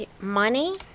money